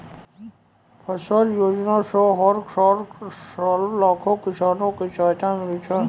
फसल योजना सॅ हर साल लाखों किसान कॅ सहायता मिलै छै